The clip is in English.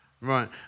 Right